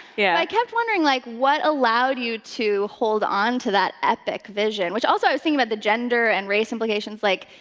yeah. i kept wondering, like, what allowed you to hold on to that epic vision? which also, i was thinking about the gender and race implications, like,